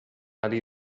ari